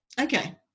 okay